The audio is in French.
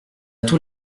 tous